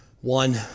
one